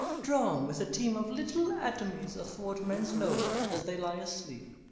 drawn with a team of little atomies athwart men's noses as they lie asleep